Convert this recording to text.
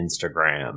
instagram